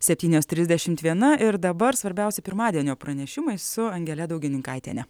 septynios trisdešimt viena ir dabar svarbiausi pirmadienio pranešimai su angele daugininkaitiene